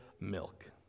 milk